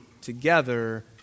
together